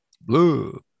blue